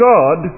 God